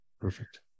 Perfect